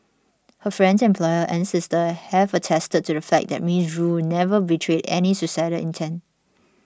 her friends employer and sister have attested to the fact that Miss Rue never betrayed any suicidal intent